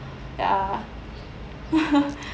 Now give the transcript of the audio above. ya